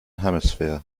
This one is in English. hemisphere